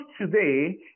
today